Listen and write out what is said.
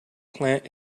plant